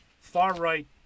far-right